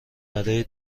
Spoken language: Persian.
برای